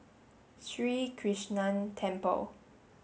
Sri Krishnan Temple